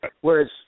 Whereas